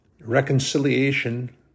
reconciliation